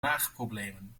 maagproblemen